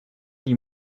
die